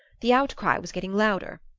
the outcry was getting louder.